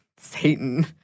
Satan